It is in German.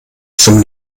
zum